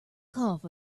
cough